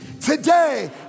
Today